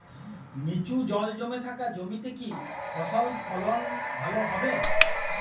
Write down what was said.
নিচু জল জমে থাকা জমিতে কি ফসল ফলন ভালো হবে?